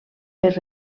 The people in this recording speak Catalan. per